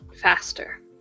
faster